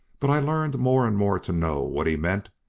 but i learned more and more to know what he meant,